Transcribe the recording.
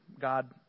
God